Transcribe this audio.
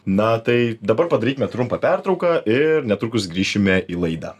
na tai dabar padarykime trumpą pertrauką ir netrukus grįšime į laidą